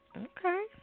Okay